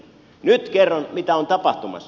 nyt kerron mitä on tapahtumassa